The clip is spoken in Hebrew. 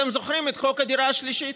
אתם זוכרים את חוק הדירה השלישית?